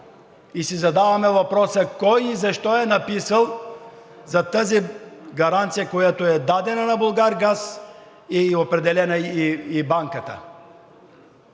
И си задаваме въпроса: кой и защо е написал за тази гаранция, която е дадена на „Булгаргаз“, и е определена и банката?